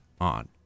on